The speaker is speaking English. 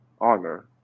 honor